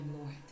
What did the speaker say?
Lord